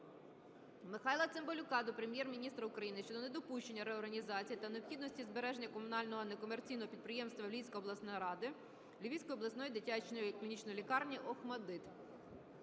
Михайла Цимбалюка до Прем'єр-міністра України про недопущення реорганізації та необхідності збереження комунального некомерційного підприємства Львівської обласної ради "Львівська обласна дитяча клінічна лікарня "ОХМАТДИТ".